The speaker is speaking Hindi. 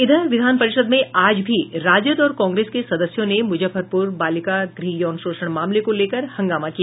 इधर विधान परिषद् में आज भी राजद और कांग्रेस के सदस्यों ने मुजफ्फरपुर बालिका गृह यौन शोषण मामले को लेकर हंगामा किया